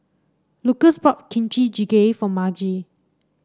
Lukas bought Kimchi Jjigae for Margie